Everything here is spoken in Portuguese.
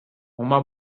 uma